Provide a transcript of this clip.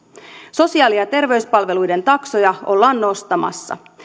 sosiaali ja terveyspalveluiden taksoja ollaan nostamassa